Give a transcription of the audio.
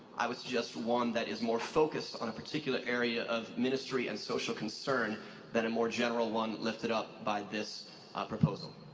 i would suggest one that is more focused on a particular area of ministry and social concern than a more general one lifted up by this proposal.